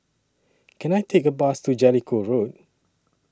Can I Take A Bus to Jellicoe Road